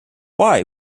why